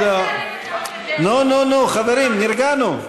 נו, חברים, נרגענו.